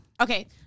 okay